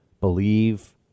believe